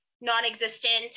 non-existent